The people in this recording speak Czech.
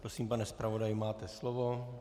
Prosím, pane zpravodaji, máte slovo.